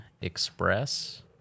Express